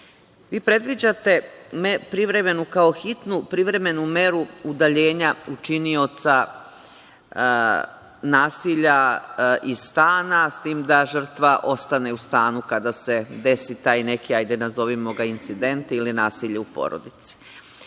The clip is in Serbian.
predviđate kao hitno privremenu meru udaljenja činioca nasilja iz stana, s tim da žrtva ostane u stanu kada se desi taj neki, hajde nazovimo ga, incident ili nasilje u porodici.